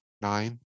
nine